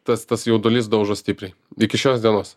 tas tas jaudulys daužo stipriai iki šios dienos